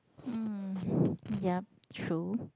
mm yup true